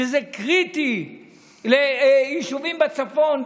שזה קריטי ליישובים בצפון,